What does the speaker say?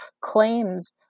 claims